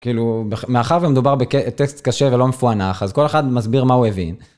כאילו, מאחר ומדובר בטקסט קשה ולא מפוענח, אז כל אחד מסביר מה הוא הביא.